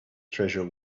treasure